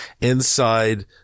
inside